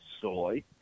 soy